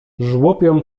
żłopią